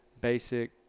basic